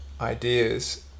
ideas